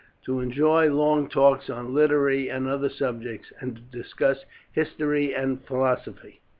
to enjoy long talks on literary and other subjects, and to discuss history and philosophy.